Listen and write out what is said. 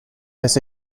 this